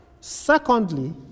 Secondly